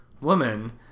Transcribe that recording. woman